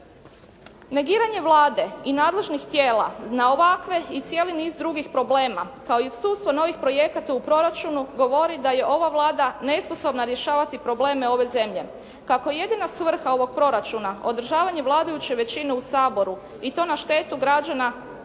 Negiranje Vlade i nadležnih tijela na ovakve i cijeli niz drugih problema kao i odsustvo novih projekata u proračunu govori da je ova Vlada nesposobna rješavati probleme ove zemlje. Kako je jedina svrha ovog proračuna održavanje vladajuće većine u Saboru i to na štetu građana